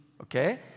Okay